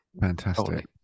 Fantastic